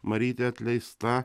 marytė atleista